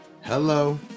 hello